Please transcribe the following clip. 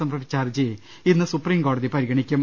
സമർപ്പിച്ച ഹർജി ഇന്ന് സുപ്രീംകോടതി പരിഗണിക്കും